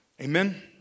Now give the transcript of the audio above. Amen